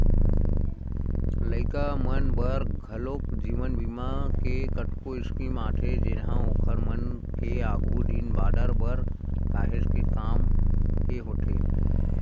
लइका मन बर घलोक जीवन बीमा के कतको स्कीम आथे जेनहा ओखर मन के आघु दिन बादर बर काहेच के काम के होथे